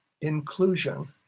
inclusion